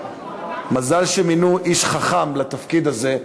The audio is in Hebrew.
מזל שמינו איש חכם לתפקיד הזה,